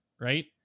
right